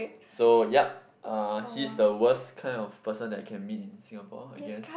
so yup uh he's the worst kind of person that I can meet in Singapore I guess